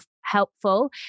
helpful